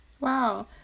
Wow